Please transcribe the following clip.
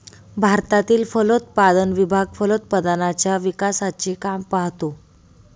भारतातील फलोत्पादन विभाग फलोत्पादनाच्या विकासाचे काम पाहतो